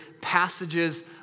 passages